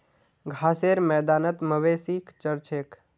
घासेर मैदानत मवेशी चर छेक